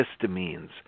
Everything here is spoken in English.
histamines